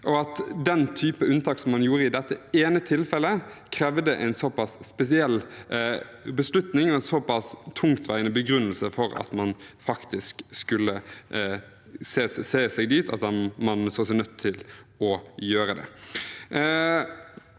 den typen unntak som man gjorde i dette ene tilfellet, skulle kreve en så pass spesiell beslutning og så pass tungtveiende begrunnelse for at man faktisk skulle se seg nødt